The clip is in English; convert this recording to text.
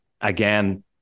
again